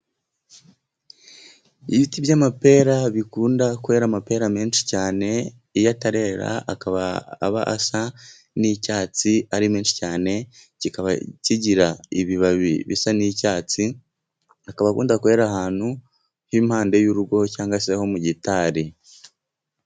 Ibiti by'amapera bikunda kwera amapera menshi cyane, iyo atarerera akaba aba asa n'icyatsi ari menshi cyane, kikaba kigira ibibabi bisa n'icyatsi, akaba akunda kwera ahantu h'impande y'urugo cyangwa se ho mu gitari.